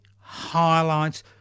highlights